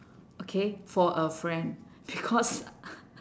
okay for a friend because